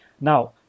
Now